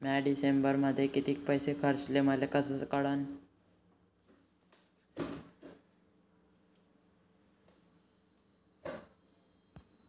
म्या डिसेंबरमध्ये कितीक पैसे खर्चले मले कस कळन?